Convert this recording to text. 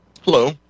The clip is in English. Hello